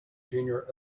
junior